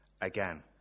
again